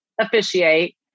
officiate